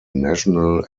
national